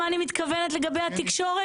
מי כמוהו יודע את זה.